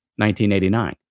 1989